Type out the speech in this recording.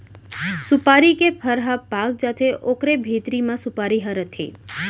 सुपारी के फर ह पाक जाथे ओकरे भीतरी म सुपारी ह रथे